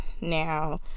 Now